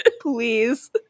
Please